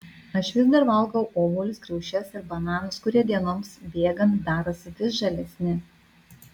aš vis dar valgau obuolius kriaušes ir bananus kurie dienoms bėgant darosi vis žalesni